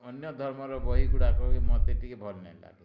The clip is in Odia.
ଅନ୍ୟ ଧର୍ମର ବହି ଗୁଡ଼ାକ ବି ମୋତେ ଟିକେ ଭଲ ନାହିଁ ଲାଗେ